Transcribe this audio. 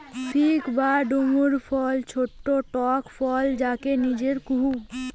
fig বা ডুমুর ফল ছট্ট টক ফল যাকে নজির কুহু